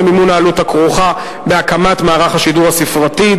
למימון העלות הכרוכה בהקמת מערך השידור הספרתי,